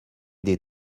des